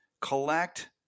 collect